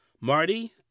Marty